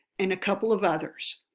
and a couple of others.